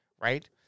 right